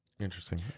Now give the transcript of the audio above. Interesting